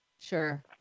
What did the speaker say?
Sure